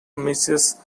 mrs